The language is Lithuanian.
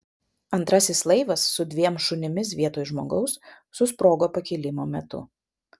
antrasis laivas su dviem šunimis vietoj žmogaus susprogo pakilimo metu